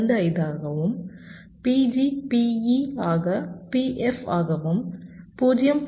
25 ஆகவும் PG PE ஆக PF ஆகவும் 0